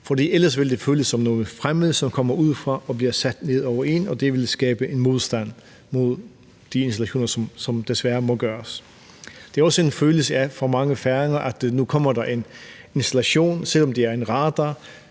ellers vil det føles som noget fremmed, som kommer udefra og bliver trukket ned over en, og det vil skabe en modstand mod de installationer, som desværre må opsættes. Det er også en følelse for mange færinger af, at nu kommer der en installation, som, selv om det er en radar,